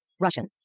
Russian